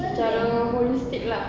cara holistic lah